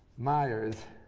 myers,